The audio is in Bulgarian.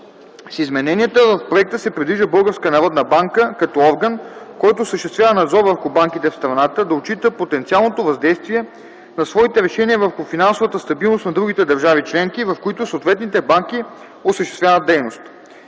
С измененията в проекта се предвижда Българската народна банка като орган, който осъществява надзор върху банките в страната, да отчита потенциалното въздействие на своите решения върху финансовата стабилност на другите държави членки, в които съответните банки осъществяват дейност.